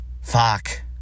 Fuck